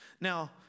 Now